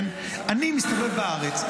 אני מסתובב בארץ,